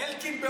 אלקין ב-offset.